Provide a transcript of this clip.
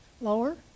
Lower